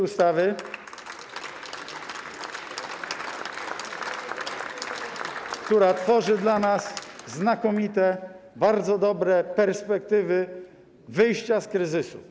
Ustawy, która tworzy dla nas znakomite, bardzo dobre perspektywy wyjścia z kryzysu.